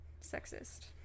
Sexist